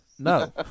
No